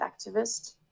activist